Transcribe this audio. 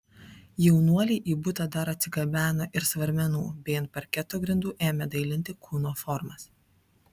jaunuoliai į butą dar atsigabeno ir svarmenų bei ant parketo grindų ėmė dailinti kūno formas